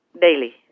Daily